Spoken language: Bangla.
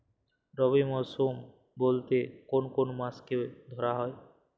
রবি মরশুম বলতে কোন কোন মাসকে ধরা হয়?